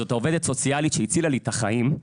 העובדת הסוציאלית שהצילה לי את החיים.